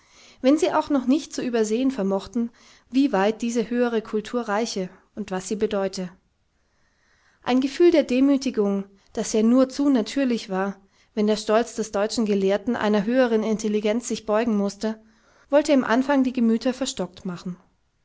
wenn sie auch noch nicht zu übersehen vermochten wie weit diese höhere kultur reiche und was sie bedeute ein gefühl der demütigung das ja nur zu natürlich war wenn der stolz des deutschen gelehrten einer höheren intelligenz sich beugen mußte wollte im anfang die gemüter verstockt machen